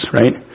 right